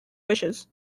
wishes